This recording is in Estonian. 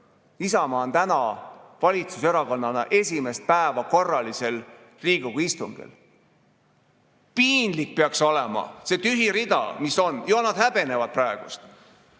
Isamaa on täna valitsuserakonnana esimest päeva korralisel Riigikogu istungil. Piinlik peaks olema. See tühi rida, mis siin on – ju nad häbenevad praegu